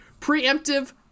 Preemptive